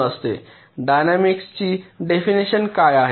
डायनेमिक्सची definition काय आहे